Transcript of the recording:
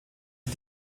sie